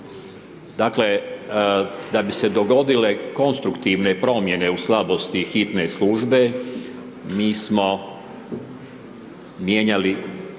Dakle, da bi se dogodile konstruktivne promjene u slabosti hitne službe, mi smo mijenjali